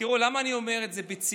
תראו, למה אני אומר את זה בציניות?